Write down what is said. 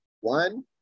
One